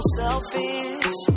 selfish